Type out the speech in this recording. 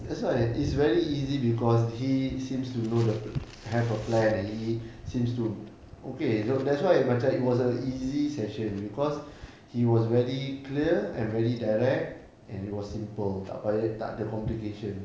that's why it's very easy because he seems to know the have a plan and he seems to okay so that's why macam it was a easy session because he was very clear and very direct and it was simple tak payah tak ada complication